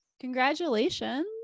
Congratulations